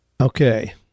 Okay